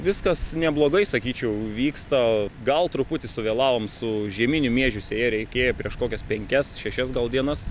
viskas neblogai sakyčiau vyksta gal truputį suvėlavom su žieminių miežių sėja reikėjo prieš kokias penkias šešias dienas